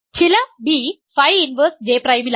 ചില b phi inverse J പ്രൈമിലാണ്